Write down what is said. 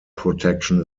protection